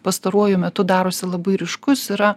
pastaruoju metu darosi labai ryškus yra